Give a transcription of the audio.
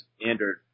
standard